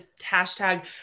hashtag